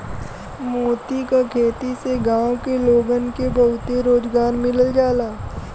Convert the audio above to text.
मोती क खेती से गांव के लोगन के बहुते रोजगार मिल जाला